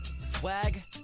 Swag